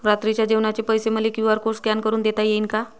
रात्रीच्या जेवणाचे पैसे मले क्यू.आर कोड स्कॅन करून देता येईन का?